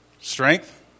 Strength